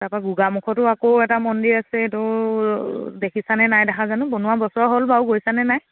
তাৰপৰা গোগামুখতো আকৌ এটা মন্দিৰ আছে এইটো দেখিছানে নাই দেখা জানো বনোৱা বছৰ হ'ল বাৰু গৈছানে নাই